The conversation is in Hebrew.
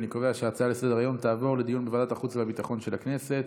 אני קובע שההצעה לסדר-היום תעבור לדיון בוועדת החוץ והביטחון של הכנסת.